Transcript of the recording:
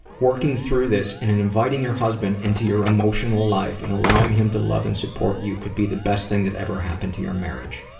working through this and inviting your husband into your emotional life and allowing him to love and support you could be the best thing that happened to your marriage.